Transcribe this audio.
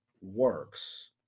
works